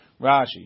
Rashi